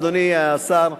אדוני השר,